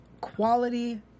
quality